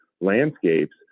landscapes